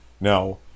Now